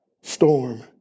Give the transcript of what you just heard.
Storm